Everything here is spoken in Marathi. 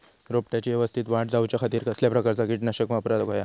रोपट्याची यवस्तित वाढ जाऊच्या खातीर कसल्या प्रकारचा किटकनाशक वापराक होया?